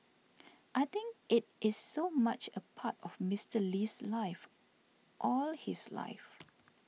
I think it is so much a part of Mister Lee's life all his life